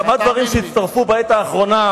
כמה דברים שהצטרפו בעת האחרונה,